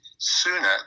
Sooner